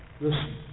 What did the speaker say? Listen